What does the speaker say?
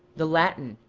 the latin,